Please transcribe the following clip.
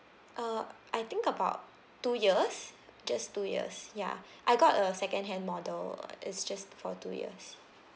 uh I think about two years just two years ya I got a secondhand model err it's just for two years